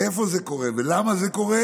איפה זה קורה ולמה זה קורה,